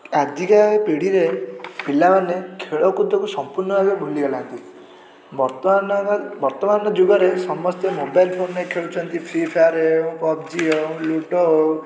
ଆଜିକା ପୀଢ଼ିରେ ପିଲାମାନେ ଖେଳକୁଦକୁ ସମ୍ପୂର୍ଣ୍ଣ ଭାବରେ ଭୂ ବର୍ତ୍ତମାନ ବର୍ତ୍ତମାନ ଯୁଗରେ ସମସ୍ତେ ମୋବାଇଲ ଫୋନରେ ଖେଳୁଛନ୍ତି ଫ୍ରୀ ଫାୟାର ହେଉ ପବଜି ହେଉ ଲୁଡୋ ହେଉ